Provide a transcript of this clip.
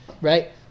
right